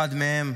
אחד מהם